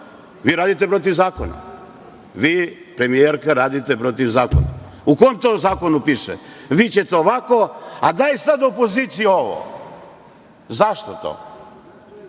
Vi radite protiv zakona. Vi, premijerka radite protiv zakona. U kom to zakonu piše? Vi ćete ovako, a daj sad opoziciji ovo. Zašto to?